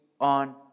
on